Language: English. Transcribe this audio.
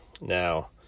Now